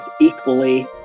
equally